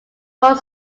kong